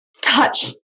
touch